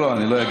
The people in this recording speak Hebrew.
לא.